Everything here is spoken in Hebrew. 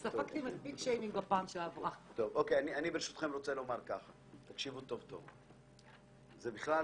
--- שבוע שעבר היתה הפגנה על 24 איש שנהרגו- -- מאז תחילת הדיון